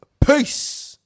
Peace